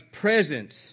presence